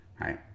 right